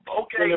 Okay